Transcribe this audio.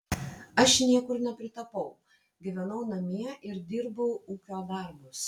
aš niekur nepritapau gyvenau namie ir dirbau ūkio darbus